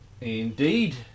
Indeed